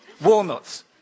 walnuts